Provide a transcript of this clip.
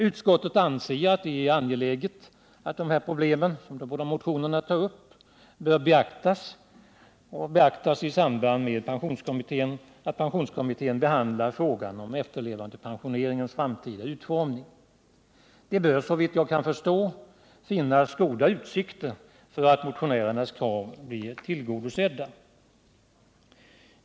Utskottet anser att det är angeläget att de problem som de båda motionerna tar upp beaktas i samband med att pensionskommittén behandlar frågan om efterlevandepensioneringens framtida utformning. Det bör såvitt jag kan förstå finnas goda utsikter för att motionärernas krav skall bli tillgodosedda.